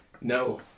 No